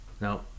No